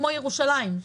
כמו ירושלים.